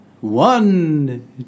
one